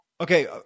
Okay